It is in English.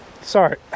sorry